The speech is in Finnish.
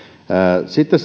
sitten